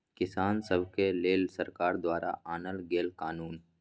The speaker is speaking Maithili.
किसान सभक लेल सरकार द्वारा आनल गेल कानुन